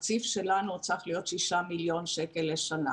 התקציב שלנו צריך להיות 6 מיליון שקל לשנה.